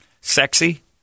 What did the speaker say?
Sexy